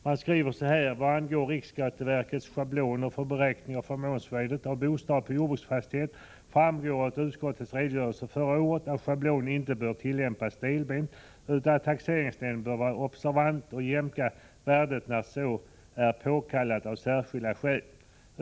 Man skriver: ”Vad angår riksskatteverkets schabloner för beräkning av förmånsvärde av bostad på jordbruksfastighet framgår av utskottets redogörelse förra året att schablonen inte bör tillämpas stelbent utan att taxeringsnämnden bör vara observant och jämka värdet när så är påkallat av särskilda skäl.